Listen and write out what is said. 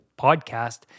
podcast